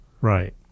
Right